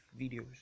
videos